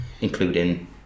including